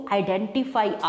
identify